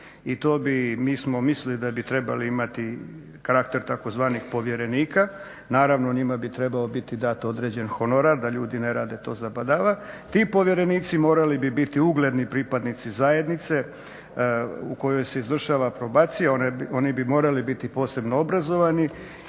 I to bi, mi smo mislili da bi trebali imati karakter tzv. povjerenika. Naravno njima bi trebao biti dat određen honorar da ljudi ne rade to zabadava. Ti povjerenici morali bi biti ugledni pripadnici zajednice u kojoj se izvršava probacija. Oni bi morali biti posebno obrazovani